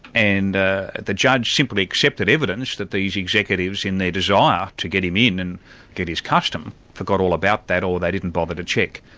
and ah the judge simply accepted evidence that these executives, in their desire to get him in and get his custom, forgot all about that, or they didn't bother to check.